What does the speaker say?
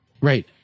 Right